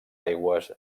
aigües